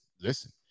listen